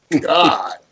God